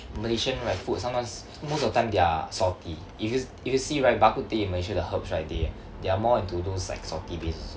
malaysian right food sometimes most of the time they're salty if you if you see right bak kut teh in malaysia the herbs right they they're more into those like salty base also